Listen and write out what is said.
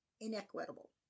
inequitable